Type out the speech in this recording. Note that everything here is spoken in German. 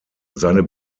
seine